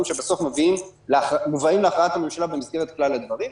שבסוף מובאים להכרעת הממשלה במסגרת כלל הדברים,